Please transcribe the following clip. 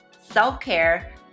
self-care